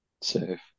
Safe